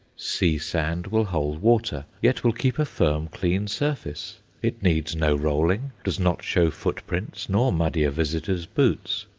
sea-sand will hold water, yet will keep a firm, clean surface it needs no rolling, does not show footprints nor muddy a visitor's boots.